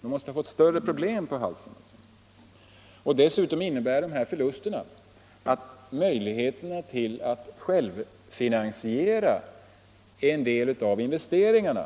Man måste ha fått större problem på halsen. Dessutom innebär dessa förluster att möjligheterna att självfinansiera en del av investeringarna